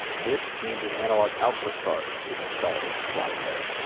this means an analog output card is installed into slot a.